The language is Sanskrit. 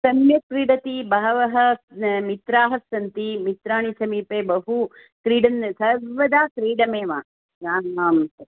सम्यक् क्रीडति बहवः मित्राः सन्ति मित्राणि समीपे बहु क्रीडन् सर्वदा क्रीडामेव आम् आम्